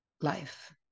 life